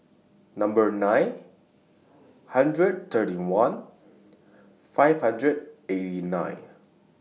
Number nine hundred thirty one five hundred eighty nine